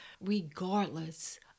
Regardless